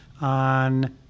on